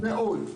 מאוד.